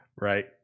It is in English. Right